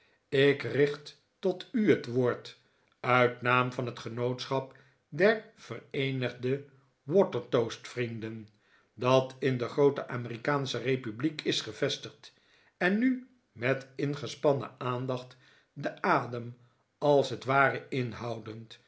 ik richt tot u het woord uit naam van het genootschap der vereenigde watertoast vrienden dat in de groote amerikaansche republiek is gevestigd en nu met ingespannen aandacht den adem als het ware inhoudend